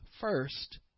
first